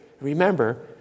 Remember